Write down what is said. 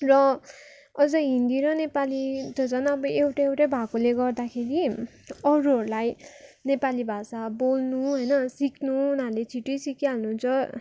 र अझै हिन्दी र नेपाली त झन् अब एउटा एउटै भएकोले गर्दाखेरि अरूहरूलाई नेपाली भाषा बोल्नु होइन सिक्नु उनीहरूले छैट्टै सिकिहाल्नुहुन्छ